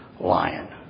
lion